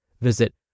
Visit